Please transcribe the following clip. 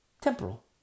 Temporal